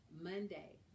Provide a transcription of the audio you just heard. Monday